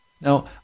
Now